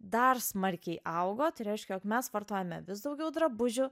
dar smarkiai augo tai reiškia jog mes vartojame vis daugiau drabužių